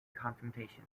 confrontation